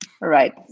Right